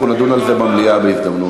אנחנו נדון על זה במליאה בהזדמנות.